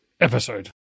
episode